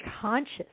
conscious